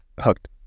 hooked